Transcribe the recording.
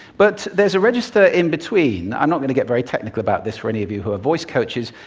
but there's a register in between. i'm not going to get very technical about this for any of you who are voice coaches.